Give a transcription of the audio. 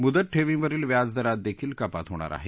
मुदत ठेवींवरील व्याज दरात देखील कपात होणार आहे